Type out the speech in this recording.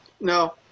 No